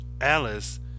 alice